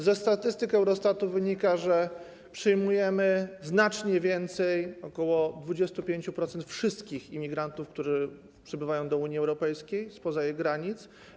Ze statystyk Eurostatu wynika, że przyjmujemy znacznie więcej, ok. 25%, wszystkich imigrantów, którzy przybywają do Unii Europejskiej spoza jej granic.